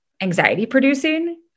anxiety-producing